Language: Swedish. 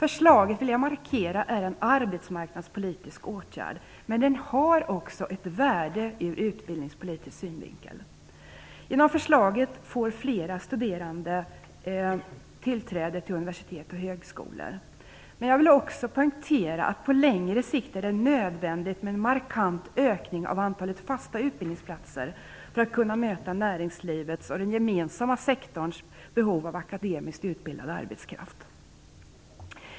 Jag vill markera att förslaget är en arbetsmarknadspolitisk åtgärd, men den har också ett värde från utbildningspolitisk synvinkel. Genom förslaget får fler studerande tillträde till universitet och högskolor. Men jag vill också poängtera att på längre sikt är det nödvändigt med en markant ökning av antalet fasta utbildningsplatser för att kunna möta näringslivets och den gemensamma sektorns behov av akademiskt utbildad arbetskraft.